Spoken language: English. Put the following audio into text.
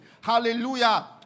Hallelujah